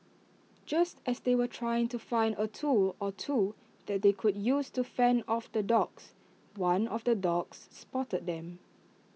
just as they were trying to find A tool or two that they could use to fend off the dogs one of the dogs spotted them